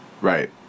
Right